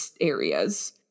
areas